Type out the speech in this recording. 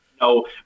no